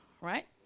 right